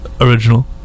original